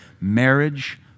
marriage